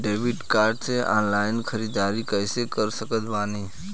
Debit card से online ख़रीदारी कैसे कर सकत बानी?